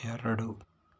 ಎರಡು